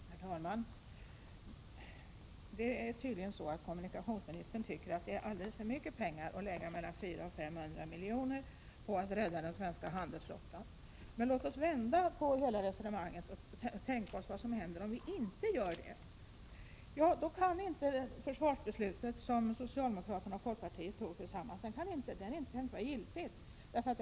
Herr talman! Det är tydligen så att kommunikationsministern tycker att 400-500 milj.kr. är alldeles för mycket pengar att lägga ut för att rädda den svenska handelsflottan. Låt oss vända på hela resonemanget och tänka på vad som händer om vi inte räddar denna flotta. För det första: Försvarsbeslutet som socialdemokraterna och folkpartiet fattade tillsammans kan inte vara giltigt.